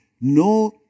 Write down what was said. no